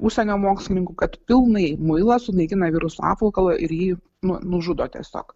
užsienio mokslininkų kad pilnai muilas sunaikina viruso apvalkalą ir jį nu nužudo tiesiog